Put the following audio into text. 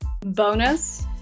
Bonus